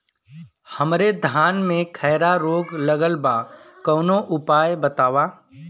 हमरे धान में खैरा रोग लगल बा कवनो उपाय बतावा?